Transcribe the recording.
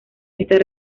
estas